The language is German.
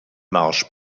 marsch